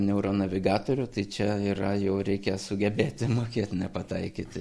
neuronavigatorių tai čia yra jau reikia sugebėti mokėt nepataikyti